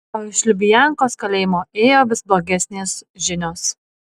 o iš lubiankos kalėjimo ėjo vis blogesnės žinios